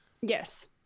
yes